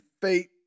fate